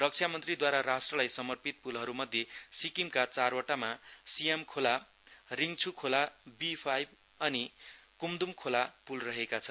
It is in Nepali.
रक्षामन्त्रीदूवारा राष्ट्रलाई समर्पित पुलहरु मध्ये सिक्किमका चारवटामा सियाम खोला रिङछु खोला बी फाइभ अनि कुमदुम खोला पुल रहेका छन्